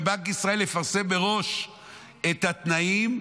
ובנק ישראל יפרסם מראש את התנאים,